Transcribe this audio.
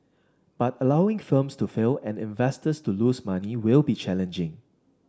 but allowing firms to fail and investors to lose money will be challenging